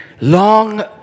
long